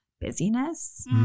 busyness